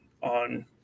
on